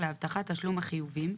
להבטחת תשלום החיובים,